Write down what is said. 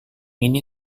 ini